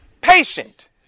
patient